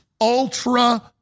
ultra